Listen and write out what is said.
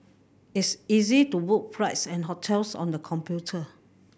it's easy to book flights and hotels on the computer